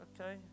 okay